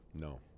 No